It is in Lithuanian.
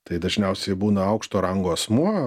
tai dažniausiai būna aukšto rango asmuo